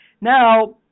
now